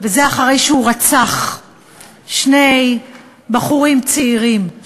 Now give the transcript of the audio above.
וזה אחרי שהוא רצח שני בחורים צעירים,